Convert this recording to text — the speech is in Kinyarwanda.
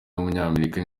w’umunyamerika